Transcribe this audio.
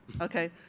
okay